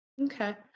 Okay